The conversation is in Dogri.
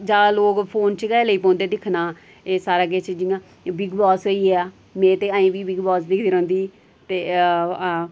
जादा लोग फोन च गै लेई पौंदे दिक्खना एह् सारा किश जियां एह् बिग बास होई गेआ में ते अजें बी बिग बास दिखदी रौंह्दी ही ते